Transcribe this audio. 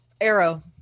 arrow